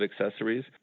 accessories